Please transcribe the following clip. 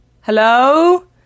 Hello